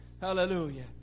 Hallelujah